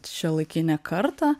šiuolaikinę kartą